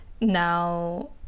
now